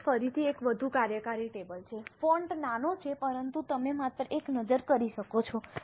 હવે ફરીથી એક વધુ કાર્યકારી ટેબલ છે ફોન્ટ નાનો છે પરંતુ તમે માત્ર એક નજર કરી શકો છો